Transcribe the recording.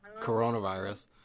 coronavirus